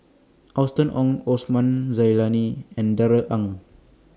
Austen Ong Osman Zailani and Darrell Ang